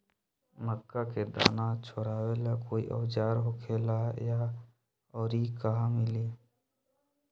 मक्का के दाना छोराबेला कोई औजार होखेला का और इ कहा मिली?